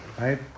right